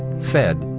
fed,